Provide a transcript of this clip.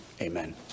amen